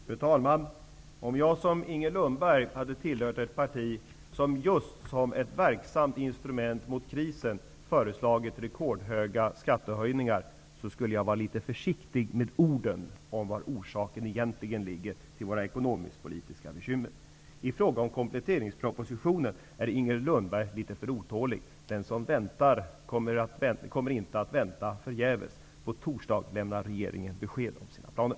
Fru talman! Om jag som Inger Lundberg hade tillhört ett parti som just som ett verksamt instrument mot krisen föreslagit rekordhöga skattehöjningar, skulle jag vara litet försiktig med orden om var orsaken egentligen ligger till våra ekonomisk-politiska bekymmer. Lundberg litet för otålig. Den som väntar, väntar inte förgäves. På torsdag lämnar regeringen besked om sina planer.